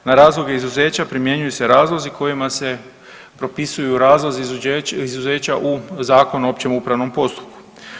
Na razloge izuzeća primjenjuju se razlozi kojima se propisuju razlozi izuzeća u Zakonu o općem upravnom postupku.